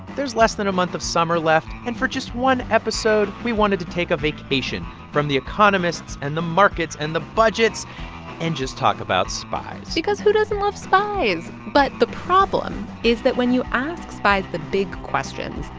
there's less than a month of summer left. and for just one episode, we wanted to take a vacation from the economists and the markets and the budgets and just talk about spies because who doesn't love spies? but the problem is that when you ask spies the big questions,